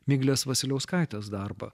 miglės vasiliauskaitės darbą